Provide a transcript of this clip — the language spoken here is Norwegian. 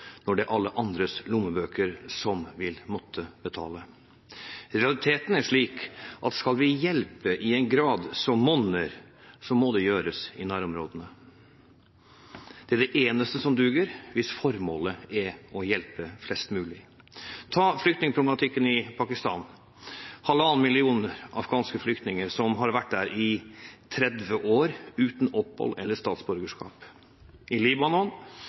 når det er alle andres lommebøker som vil måtte betale. Realiteten er slik at skal vi hjelpe i en grad som monner, må det gjøres i nærområdene. Det er det eneste som duger hvis formålet er å hjelpe flest mulig. Ta flyktningproblematikken i Pakistan – 1,5 millioner afghanske flyktninger som har vært der i 30 år uten opphold eller statsborgerskap. I Libanon